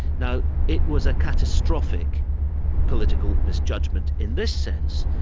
now it was a catastrophic political misjudgment, in this sense,